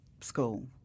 school